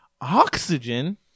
oxygen